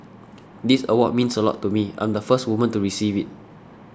this award means a lot to me I'm the first woman to receive it